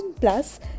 Plus